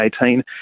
2018